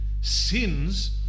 sins